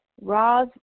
Roz